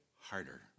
harder